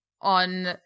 on